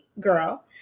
girl